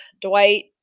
Dwight